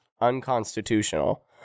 unconstitutional